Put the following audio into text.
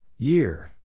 Year